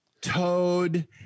Toad